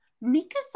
Mika